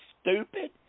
stupid